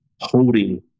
holding